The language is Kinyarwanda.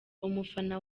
umufana